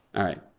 alright.